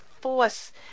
force